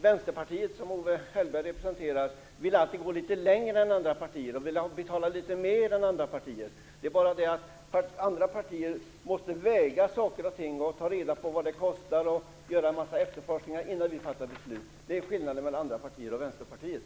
Vänsterpartiet, som Owe Hellberg representerar, brukar alltid vilja gå litet längre än andra partier. De vill betala litet mera, men det är bara det att andra partier väger saker och ting för och emot och tar reda på vad det kostar att göra en massa efterforskningar innan de fattar beslut. Det är skillnaden mellan andra partier och Vänsterpartiet.